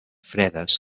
fredes